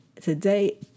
today